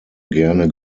gerne